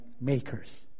makers